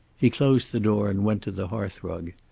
he closed the door and went to the hearth-rug.